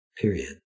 period